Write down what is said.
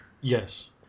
Yes